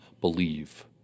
believe